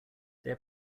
their